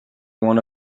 one